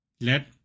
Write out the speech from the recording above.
Let